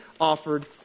offered